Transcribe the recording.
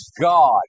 God